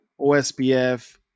OSPF